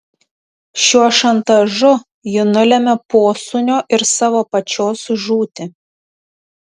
šiuo šantažu ji nulemia posūnio ir savo pačios žūtį